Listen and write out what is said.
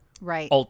Right